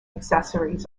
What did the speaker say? accessories